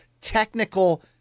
technical